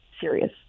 Serious